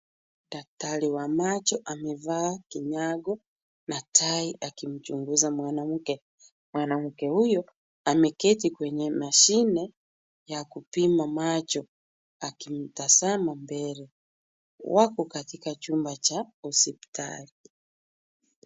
Daktari wa macho amevaa kinyago na tai akimchunguza mwanamke. Mwanamke huyu ameketi kwenye mashine ya kupima macho akimtazama mbele. Wako katika chumba cha hospitali.